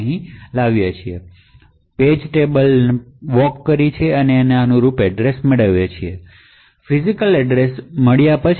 આપણે અહીં આવીએ છીએ પરંપરાગત પેજ ટેબલ વોક કરી અને અનુરૂપ ફિજિકલસરનામું મેળવો